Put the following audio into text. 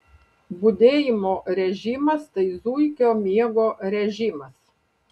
budėjimo režimas tai zuikio miego režimas